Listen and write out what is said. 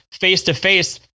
face-to-face